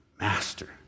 Master